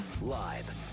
Live